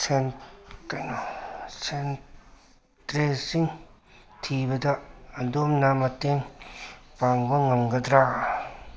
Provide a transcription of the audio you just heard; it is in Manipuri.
ꯁꯦꯟꯇ꯭ꯔꯦꯁꯤꯡ ꯊꯤꯕꯗ ꯑꯗꯣꯝꯅ ꯃꯇꯦꯡ ꯄꯥꯡꯕ ꯉꯝꯒꯗ꯭ꯔꯥ